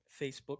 Facebook